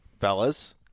fellas